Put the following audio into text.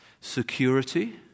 security